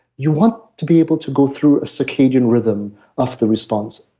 you want to be able to go through a circadian rhythm of the response.